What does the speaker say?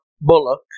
bullock